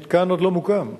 המתקן עוד לא מוקם.